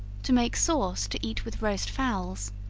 to make sauce to eat with roast fowls,